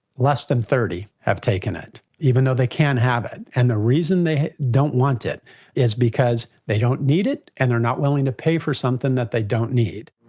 less than thirty have taken it, even though they can have it. and the reason they don't want it is because they don't need it and they're not willing to pay for something that they don't need.